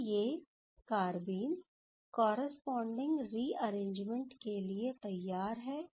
अब ये carbene corresponding rearrangement के लिए तैयार है